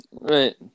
Right